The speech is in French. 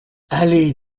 allée